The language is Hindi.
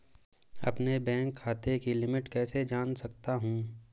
अपने बैंक खाते की लिमिट कैसे जान सकता हूं?